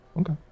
Okay